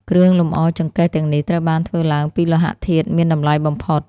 គ្រឿងលម្អចង្កេះទាំងនេះត្រូវបានធ្វើឡើងពីលោហៈធាតុមានតម្លៃបំផុត។